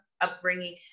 upbringing